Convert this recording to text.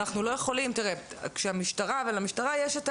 למשטרה יש את